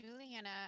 Juliana